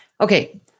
Okay